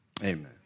amen